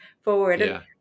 forward